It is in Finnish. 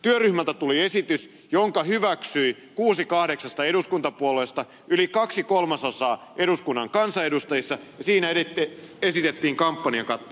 työryhmältä tuli esitys jonka hyväksyi kuusi kahdeksasta eduskuntapuolueesta yli kaksi kolmasosaa eduskunnan kansanedustajista ja siinä esitettiin kampanjakattoa